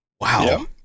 Wow